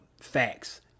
facts